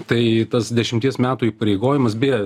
tai tas dešimties metų įpareigojimas beje